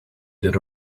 did